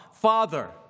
Father